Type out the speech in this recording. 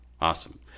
awesome